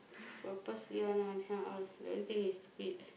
purposely one lah this one all I don't think he's stupid